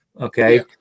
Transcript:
okay